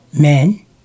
men